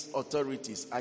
authorities